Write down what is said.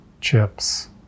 chips